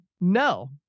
No